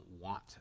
want